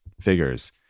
figures